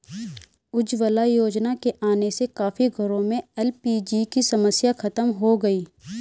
उज्ज्वला योजना के आने से काफी घरों में एल.पी.जी की समस्या खत्म हो गई